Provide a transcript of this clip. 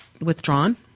withdrawn